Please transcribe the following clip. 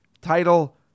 title